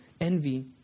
envy